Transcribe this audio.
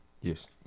yes